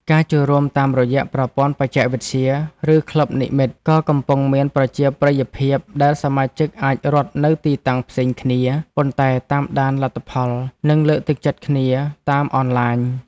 ការចូលរួមតាមរយៈប្រព័ន្ធបច្ចេកវិទ្យា ឬក្លឹបនិម្មិត ក៏កំពុងមានប្រជាប្រិយភាព ដែលសមាជិកអាចរត់នៅទីតាំងផ្សេងគ្នា ប៉ុន្តែតាមដានលទ្ធផល និងលើកទឹកចិត្តគ្នាតាមអនឡាញ។